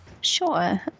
Sure